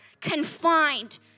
confined